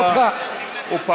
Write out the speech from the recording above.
גרוע מלצאת למלחמה נגד